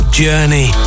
journey